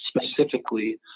specifically